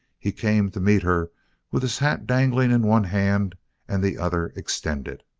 he came to meet her with his hat dangling in one hand and the other extended.